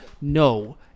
No